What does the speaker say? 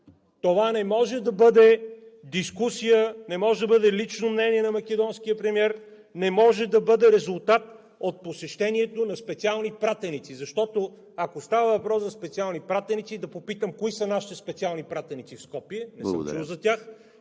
Това не може да бъде дискусия, не може да бъде лично мнение на македонския премиер, не може да бъде резултат от посещението на специални пратеници. Защото ако става въпрос за специални пратеници, да попитам: кои са нашите специални пратеници в Скопие? ПРЕДСЕДАТЕЛ ЕМИЛ